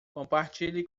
compartilhe